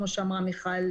כמו שאמרה מיכל,